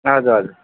हजुर हजुर